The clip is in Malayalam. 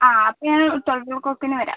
ആ അപ്പോൾ ഞാൻ ട്വൽവോ ക്ലോക്കിന് വരാം